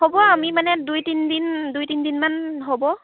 হ'ব আমি মানে দুই তিনিদিন দুই তিনিদিনমান হ'ব